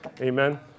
Amen